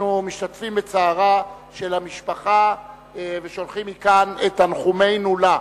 אנחנו משתתפים בצערה של המשפחה ושולחים מכאן את תנחומינו לה.